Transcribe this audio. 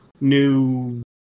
new